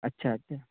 اچھا اچھا